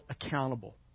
accountable